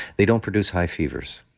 they don't produce high fevers.